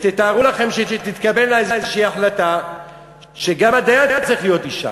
ותתארו לכם שתתקבל איזושהי החלטה שגם הדיין צריך להיות אישה,